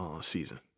season